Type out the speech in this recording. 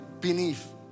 beneath